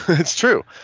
it's true.